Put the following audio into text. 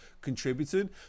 contributing